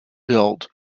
built